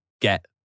get